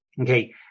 okay